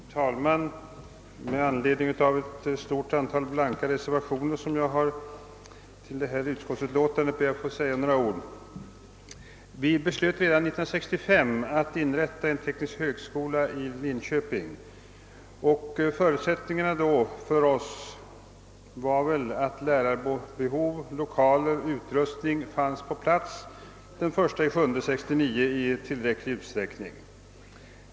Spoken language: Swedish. Herr talman! Med anledning av det stora antal blanka reservationer som jag fogat till detta utskottsutlåtande ber jag att få säga några ord. Redan år 1965 beslöt riksdagen att inrätta en teknisk högskola i Linköping. Förutsättningarna var då att lärare, 1okaler och utrustning i tillräcklig utsträckning fanns på plats den 1 juli 1969.